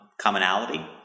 commonality